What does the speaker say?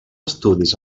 estudis